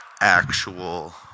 actual